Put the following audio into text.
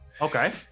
Okay